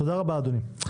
תודה רבה, אדוני.